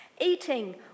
Eating